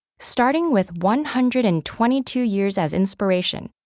starting with one hundred and twenty two years as inspiration,